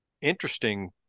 interesting